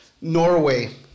Norway